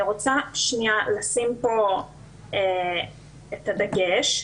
אני רוצה לשים פה את הדגש,